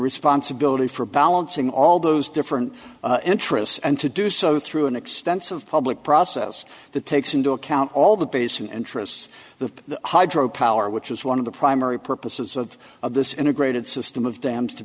responsibility for balancing all those different interests and to do so through an extensive public process that takes into account all the basin interests the hydro power which is one of the primary purposes of of this integrated system of dam